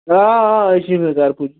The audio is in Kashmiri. آ آ أسۍ چھِ یِمے کار کُن